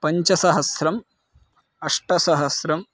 पञ्चसहस्रम् अष्टसहस्रम्